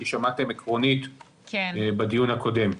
כי שמעתם עקרונית בדיון הקודם.